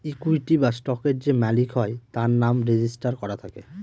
equity বা স্টকের যে মালিক হয় তার নাম রেজিস্টার করা থাকে